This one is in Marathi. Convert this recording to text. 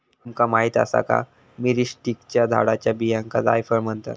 तुमका माहीत आसा का, मिरीस्टिकाच्या झाडाच्या बियांका जायफळ म्हणतत?